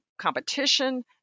competition